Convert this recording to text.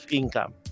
income